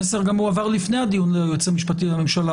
המסר הועבר גם לפני הדיון ליועץ המשפטי לממשלה.